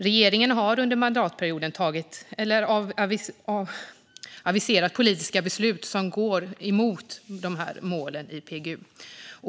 Regeringen har under mandatperioden tagit eller aviserat politiska beslut som går emot målen i PGU.